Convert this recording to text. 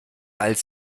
als